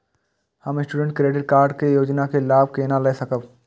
हम student credit card के योजना के लाभ केना लय सकब?